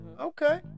okay